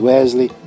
Wesley